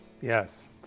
Yes